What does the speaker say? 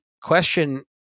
question